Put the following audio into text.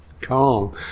calm